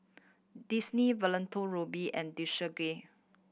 Disney Valentino Rudy and Desigual